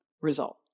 result